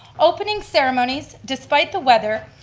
opening ceremonies, despite the weather,